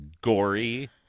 gory